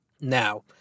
Now